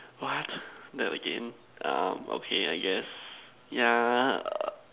what that again um okay I guess yeah err